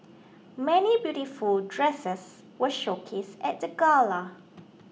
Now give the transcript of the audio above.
many beautiful dresses were showcased at the gala